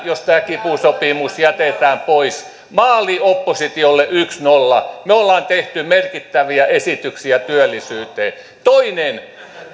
jos tämä kiky sopimus jätetään pois maali oppositiolle yksi viiva nolla me olemme tehneet merkittäviä esityksiä työllisyyteen toinen